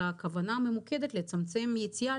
אלא הכוונה הממוקדת היא לצמצם יציאה